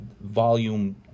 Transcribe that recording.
volume